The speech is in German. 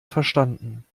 verstanden